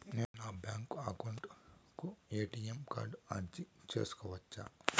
నేను నా bank account కు ఎ.టి.ఎం కార్డు అర్జీ సేసుకోవచ్చా?